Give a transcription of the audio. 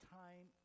time